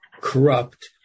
corrupt